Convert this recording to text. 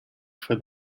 for